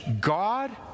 God